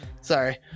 Sorry